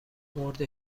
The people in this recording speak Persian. مرده